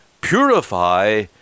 purify